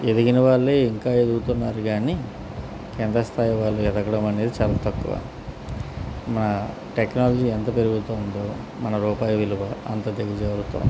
ఎదిగిన వాళ్లే ఇంకా ఎదుగుతున్నారు గానీ కింద స్థాయి వాళ్ళు ఎదగడం అనేది చాలా తక్కువ మన టెక్నాలజీ ఎంత పెరుగుతుందో మన రూపాయి విలువ అంత దిగజారుతుంది